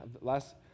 last